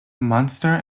munster